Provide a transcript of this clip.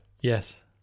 yes